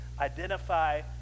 identify